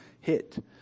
hit